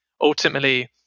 ultimately